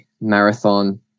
marathon